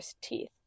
teeth